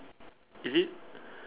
is it